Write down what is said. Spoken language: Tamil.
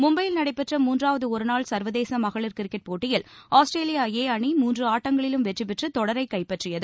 மும்பையில் நடைபெற்ற மூன்றாவது ஒருநாள் சர்வதேச மகளிர் கிரிக்கெட் போட்டியில் ஆஸ்திரேலியா ஏ அணி மூன்று ஆட்டங்களிலும் வெற்றி பெற்று தொடரைக் கைப்பற்றியது